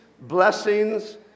blessings